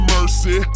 Mercy